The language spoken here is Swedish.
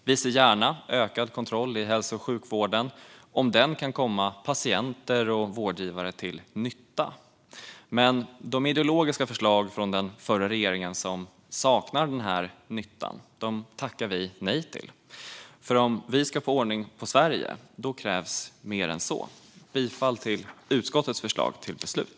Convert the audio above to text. Vi ser gärna ökad kontroll i hälso och sjukvården om den kommer till nytta för patienter och vårdgivare. Men de ideologiska förslag från den förra regeringen som saknar någon sådan nytta tackar vi nej till. Om vi ska få ordning på Sverige krävs mer. Jag yrkar bifall till utskottets förslag till beslut.